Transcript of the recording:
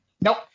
Nope